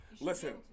Listen